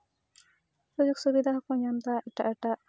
ᱥᱩᱡᱳᱜᱽ ᱥᱩᱵᱤᱫᱟ ᱦᱚᱠᱚ ᱧᱟᱢᱮᱫᱟ ᱮᱴᱟᱜ ᱮᱴᱟᱜ